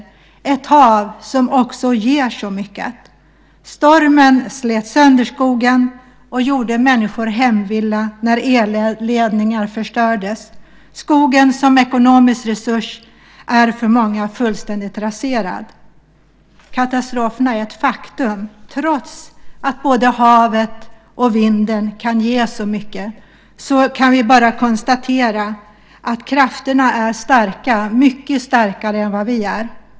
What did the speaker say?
Det var ett hav som också ger så mycket. Stormen slet sönder skogen och gjorde människor hemvilla när elledningar förstördes. Skogen som ekonomisk resurs är för många fullständigt raserad. Katastrofen är ett faktum. Trots att både havet och vinden kan ge så mycket kan vi bara konstatera att krafterna är mycket starka, mycket starkare än vad vi är.